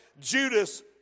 Judas